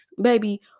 baby